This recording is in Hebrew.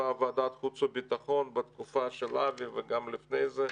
בוועדת החוץ והביטחון בתקופה של אבי וגם לפני זה,